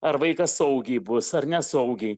ar vaikas saugiai bus ar nesaugiai